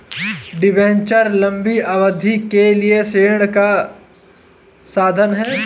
debenture लंबी अवधि के लिए ऋण का साधन है